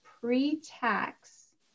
pre-tax